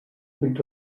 pit